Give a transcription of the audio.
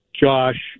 Josh